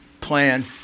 plan